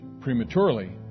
prematurely